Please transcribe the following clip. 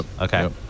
okay